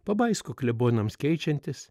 pabaisko klebonams keičiantis